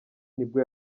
nibwo